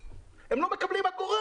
היית מחויב להיכנס לאתר ולקנות מהם